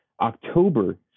October